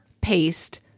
paste